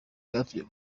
rwatumye